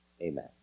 Amen